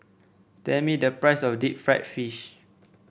tell me the price of Deep Fried Fish